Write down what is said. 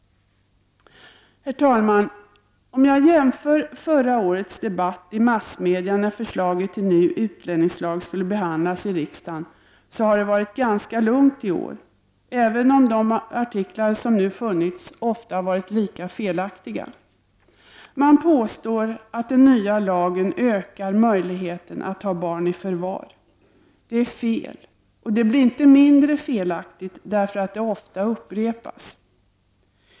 Herr talman! Om jag jämför med förra årets debatt i massmedia, när förslaget till ny utlänningslag skulle behandlas i riksdagen, så har det varit ganska lugnt i år, även om de artiklar som nu förekommit oftast har varit lika felaktiga. Det påstås att den nya lagen ökar möjligheterna att ta barn i förvar. Det är fel, och det blir inte mindre felaktigt därför att det ofta upprepas.